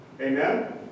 Amen